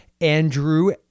andrew